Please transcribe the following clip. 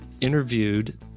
interviewed